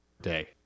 day